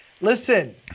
listen